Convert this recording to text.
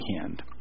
hand